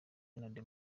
iharanira